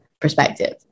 perspective